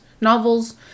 novels